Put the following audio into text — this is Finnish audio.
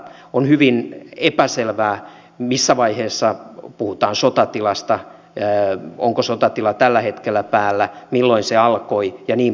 on hyvin epäselvää missä vaiheessa puhutaan sotatilasta onko sotatila tällä hetkellä päällä milloin se alkoi ja niin pois päin